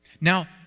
Now